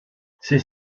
ses